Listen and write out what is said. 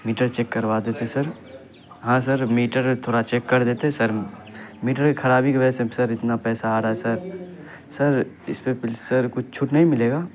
metre check کروا دیتے sir ہاں سر میٹر تھورا چیک کر دیتے سر میٹر کے خرابی کی وجہ سے سر اتنا پیسہ آ رہا ہے سر سر اس پہ پلیز سر کچھ چھوٹ نہیں ملے گا